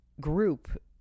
group